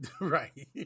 Right